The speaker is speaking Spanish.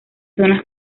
zonas